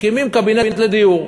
מקימים קבינט לדיור.